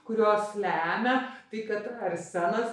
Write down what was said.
kurios lemia tai kad arsenas